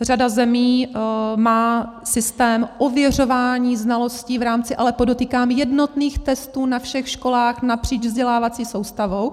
Řada zemí má systém ověřování znalostí v rámci ale podotýkám jednotných testů na všech školách napříč vzdělávací soustavou.